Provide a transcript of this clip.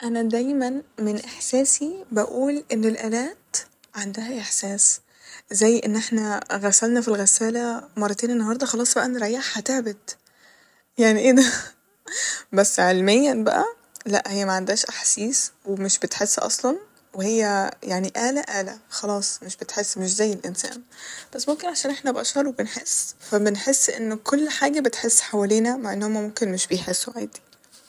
انا دايما من احساسي بقول ان الآلات عندها احساس ، زي ان احنا غسلنا ف الغسالة مرتين النهاردة خلاص بقى نريحها تعبت يعني ايه ده بس علميا بقى ، لا هي معندهاش احاسيس و مش بتحس اصلا وهي يعني آله آله خلاص مش بتحس ، مش زي الانسان ، بس ممكن عشان احنا بشر وبنحس ف بنحس إن كل حاجة بتحس حوالينا مع ان هم ممكن مش بيحسو عادي